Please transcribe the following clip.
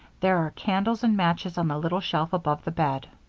there are candles and matches on the little shelf above the bed.